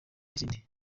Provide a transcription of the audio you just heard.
izindi